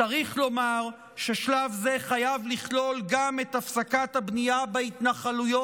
צריך לומר ששלב זה חייב לכלול גם את הפסקת הבנייה בהתנחלויות,